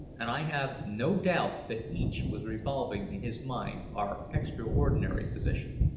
and i have no doubt that each was revolving in his mind our extraordinary position.